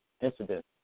incidents